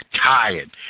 tired